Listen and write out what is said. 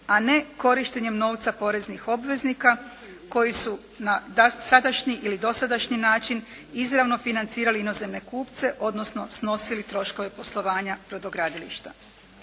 a ne korištenjem novca poreznih obveznika koji su na sadašnji ili dosadašnji način izravno financirali inozemne kupce odnosno snosili troškove poslovanja brodogradilišta.